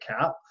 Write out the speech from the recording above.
cap